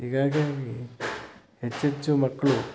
ಹೀಗಾಗಿ ಹೆಚ್ಚು ಹೆಚ್ಚು ಮಕ್ಕಳು